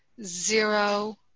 zero